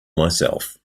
myself